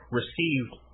received